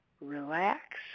relax